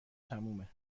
تمومه